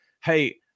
hey